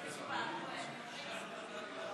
מסעוד גנאים,